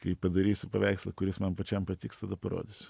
kai padarysiu paveikslą kuris man pačiam patiks tada parodysiu